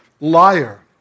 liar